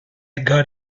got